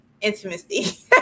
intimacy